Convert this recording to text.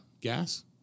gas